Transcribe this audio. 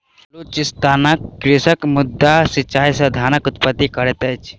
बलुचिस्तानक कृषक माद्दा सिचाई से धानक उत्पत्ति करैत अछि